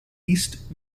east